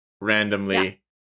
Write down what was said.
Randomly